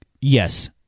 yes